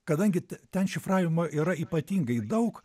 kadangi t ten šifravimo yra ypatingai daug